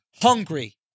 Hungry